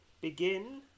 begin